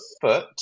foot